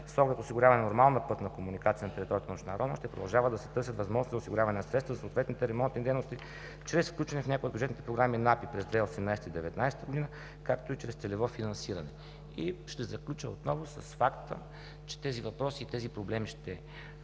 С оглед осигуряване нормална пътна комуникация на територията на община Роман ще продължава да се търсят възможности за осигуряване на средства за съответните ремонтни дейности чрез включване в някоя от бюджетните програми на АПИ през 2018 г. и 2019 г., както и чрез целево финансиране. Ще заключа отново с факта, че тези въпроси и проблеми ще